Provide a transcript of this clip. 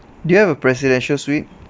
do you have a presidential suite